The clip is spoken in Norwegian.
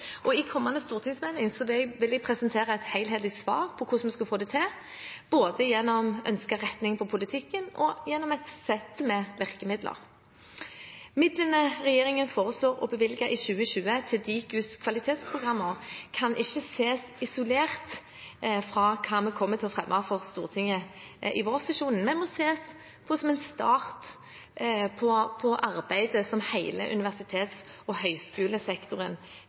I den kommende stortingsmeldingen vil jeg presentere et helhetlig svar på hvordan vi skal få det til, både gjennom en ønsket retning på politikken og gjennom et sett av virkemidler. Midlene regjeringen foreslår å bevilge i 2020 til Dikus kvalitetsprogrammer, kan ikke ses isolert fra hva vi kommer til å fremme for Stortinget i vårsesjonen, men må ses på som en start på arbeidet hele universitets- og høyskolesektoren